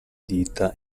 dita